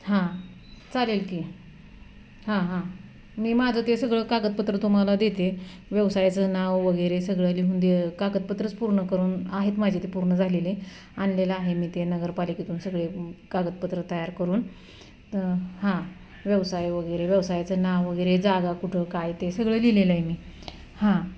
हां चालेल की हां हां मी माझं ते सगळं कागदपत्र तुम्हाला देते व्यवसायाचं नाव वगैरे सगळं लिहून दे कागदपत्रच पूर्ण करून आहेत माझे ते पूर्ण झालेले आणलेलं आहे मी ते नगरपालिकेतून सगळे कागदपत्र तयार करून तर हां व्यवसाय वगैरे व्यवसायाचं नाव वगैरे जागा कुठं काय ते सगळं लिहिलेलं आहे मी हां